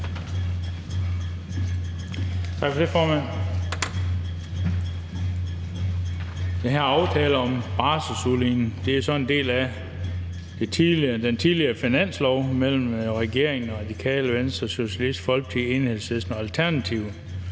Tak for det, formand. Den her aftale om barselsudligning er en del af den tidligere finanslov mellem regeringen, Radikale Venstre, Socialistisk Folkeparti, Enhedslisten og Alternativet.